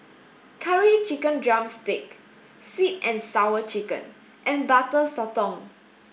curry chicken drumstick sweet and sour chicken and butter sotong